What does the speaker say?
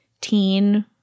teen